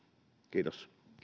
kiitos